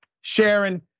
Sharon